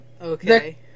Okay